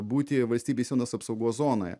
būti valstybės sienos apsaugos zonoje